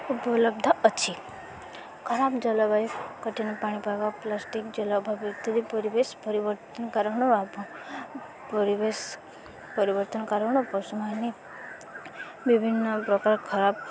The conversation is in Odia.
ଉପଲବ୍ଧ ଅଛି ଖରାପ ଜଲବାୟୁ କଠିନ ପାଣିପାଗ ପ୍ଲାଷ୍ଟିକ୍ ଜଳବାୟୁ ଇତ୍ୟାଦି ପରିବେଶ ପରିବର୍ତ୍ତନ କାରଣରୁ ଆମ ପରିବେଶ ପରିବର୍ତ୍ତନ କାରଣରୁ ପଶୁମାନେ ବିଭିନ୍ନପ୍ରକାର ଖରାପ